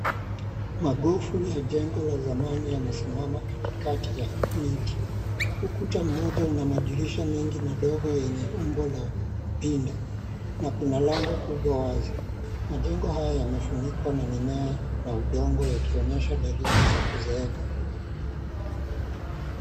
Magofu ya jengo la zamani yamesimama katikati ya miti. Ukuta mmoja unamadirisha mengi madogo yenye umbo ya upinde na kuna lango kubwa wazi. Majengo haya yamefunikwa na mimea na udongo yakionyesha dalili za kuzeeka.